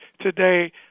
today